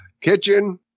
kitchen